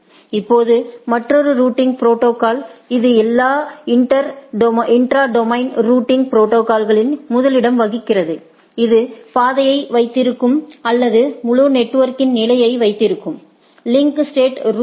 இப்போது மற்றொரு routing protocols இது எல்லா இன்ட்ரா டொமைன் ரூட்டிங் ப்ரோடோகால்ஸ் களிலும் முதலிடம் வகிக்கிறது இது பாதையை வைத்திருக்கும் அல்லது முழு நெட்வொர்க்கின் நிலையை வைத்திருக்கும் லிங்க் ஸ்டேட் ரூட்டிங்